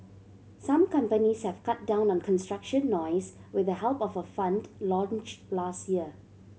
some companies have cut down on construction noise with the help of a fund launched last year